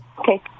Okay